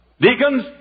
Deacons